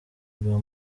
rwa